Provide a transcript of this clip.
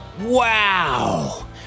Wow